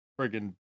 friggin